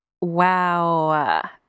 Wow